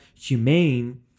humane